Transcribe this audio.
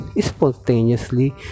spontaneously